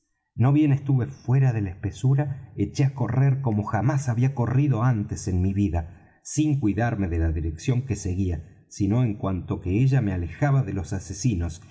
no bien estuve fuera de la espesura eché á correr como jamás había corrido antes en mi vida sin cuidarme de la dirección que seguía sino en cuanto que ella me alejaba de los asesinos